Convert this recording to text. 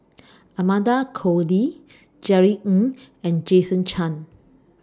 Amanda Koe Lee Jerry Ng and Jason Chan